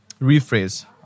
rephrase